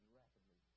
rapidly